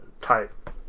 type